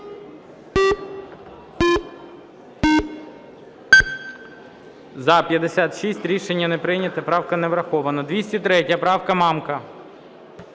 За-56 Рішення не прийнято. Правка не врахована. 203 правка. Мамка.